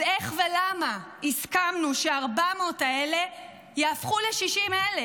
אז איך ולמה הסכמנו שה-400 האלה יהפכו ל-60,000?